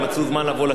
יישר כוח.